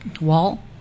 wall